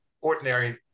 ordinary